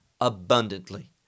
abundantly